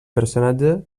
personatge